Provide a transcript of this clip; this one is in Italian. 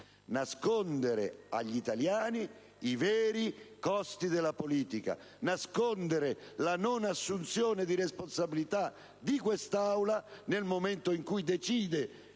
nascondere agli italiani i veri costi della politica, la non assunzione di responsabilità di quest'Aula nel momento in cui decide